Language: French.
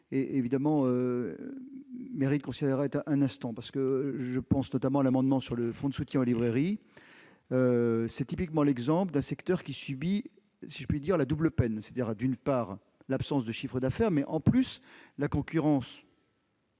Le sujet mérite que l'on s'y arrête un instant. Je pense notamment à l'amendement sur le fonds de soutien aux librairies. C'est typiquement l'exemple d'un secteur qui subit, si je puis dire, la double peine : il y a d'abord l'absence de chiffre d'affaires, mais, en plus, la concurrence